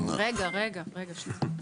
רגע, שנייה.